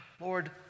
Lord